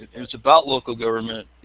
is about local government.